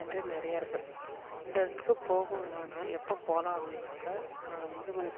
என்று நிறையா இருக்குது இந்த இடத்துக்கு போகணும்னா எப்போ போகலாம் அப்படினாக்கா முதுமலை